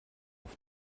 auf